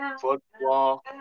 Football